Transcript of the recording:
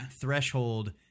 Threshold